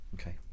Okay